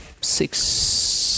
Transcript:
six